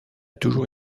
toujours